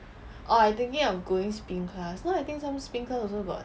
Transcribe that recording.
orh I think of going spin class now I think some spin class also got